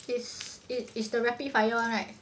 is it's the rapid fire [one] right